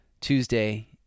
Tuesday